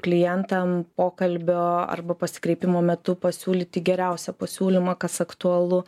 klientam pokalbio arba pasikreipimo metu pasiūlyti geriausią pasiūlymą kas aktualu